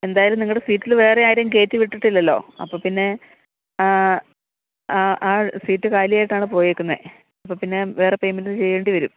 എന്തായാലും നിങ്ങളുടെ സീറ്റിൽ വേറെ ആരെയും കയറ്റി വിട്ടിട്ടില്ലല്ലോ അപ്പം പിന്നെ ആ ആ സീറ്റ് കാലി ആയിട്ടാണ് പോയേക്കുന്നത് അപ്പം പിന്നെ വേറെ പേയ്മെൻ്റ ചെയ്യേണ്ടി വരും